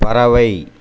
பறவை